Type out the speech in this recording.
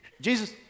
Jesus